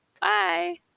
Bye